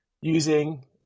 using